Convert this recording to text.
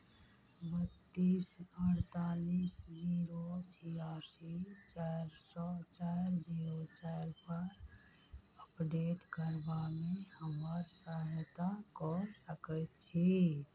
बत्तीस अड़तालीस जीरो छियासी चारि सए चारि जीरो चारिपर अपडेट करबामे हमर सहायता कऽ सकैत छी